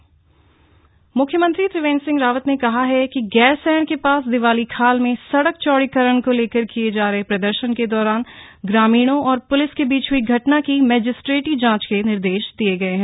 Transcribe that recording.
magisterial जांच म्ख्यमंत्री त्रिवेन्द्र सिंह रावत ने कहा है कि गैरसैंण के पास दिवालीखाल में सड़क चौड़ीकरण को लेकर किये जा रहे प्रदर्शन के दौरान ग्रामीणों और प्लिस के बीच हई घटना की मजिस्ट्रेटी जांच के निर्देश दिये गये हैं